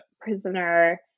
prisoner